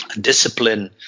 discipline